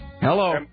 Hello